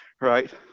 right